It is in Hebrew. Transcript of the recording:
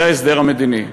ההסדר המדיני.